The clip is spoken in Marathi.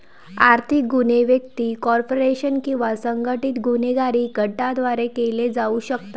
आर्थिक गुन्हे व्यक्ती, कॉर्पोरेशन किंवा संघटित गुन्हेगारी गटांद्वारे केले जाऊ शकतात